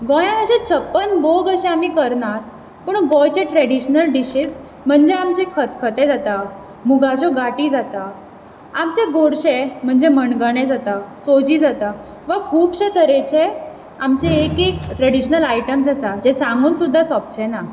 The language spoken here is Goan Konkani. गोंयान अशें छप्पन भोग अशे आमी करनात पूण गोंयचे ट्रेडिशनल डिशीज म्हणजे आमचे खतखते जाता मुगाच्यो गांटी जाता आमचे गोडशे म्हणजे मणगणे जाता सोजी जाता वा खुबश्या तरेचे आमचे एक एक ट्रेडिशनल आयटम्स आसात जे सांगून सुद्दां सोपचे ना